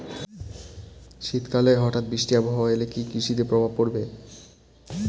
শীত কালে হঠাৎ বৃষ্টি আবহাওয়া এলে কি কৃষি তে প্রভাব পড়বে?